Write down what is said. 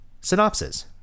Synopsis